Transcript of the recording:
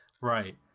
Right